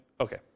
Okay